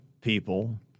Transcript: people